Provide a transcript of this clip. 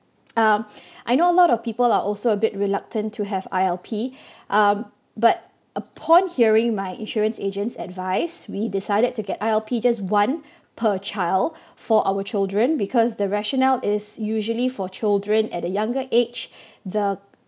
um I know a lot of people are also a bit reluctant to have I_L_P um but upon hearing my insurance agents advise we decided to get I_L_P just one per child for our children because the rationale is usually for children at the younger age the